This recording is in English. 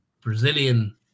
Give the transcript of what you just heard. Brazilian